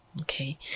Okay